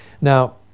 Now